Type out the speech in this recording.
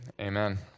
amen